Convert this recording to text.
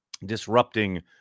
disrupting